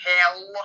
Hell